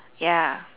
ya